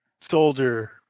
Soldier